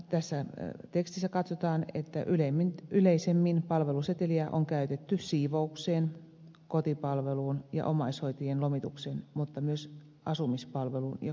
tässä tekstissä katsotaan että yleisemmin palveluseteliä on käytetty siivoukseen kotipalveluun ja omaishoitajien lomitukseen mutta myös asumispalveluun ja kuljetuksiin